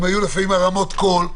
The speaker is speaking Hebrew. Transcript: אם הייתה לפעמים הרמת קול.